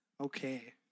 Okay